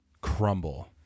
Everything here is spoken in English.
crumble